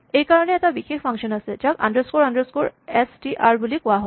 এই কাৰণে এটা বিশেষ ফাংচন আছে যাক underscore underscore S T R বুলি কোৱা হয়